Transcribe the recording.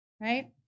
right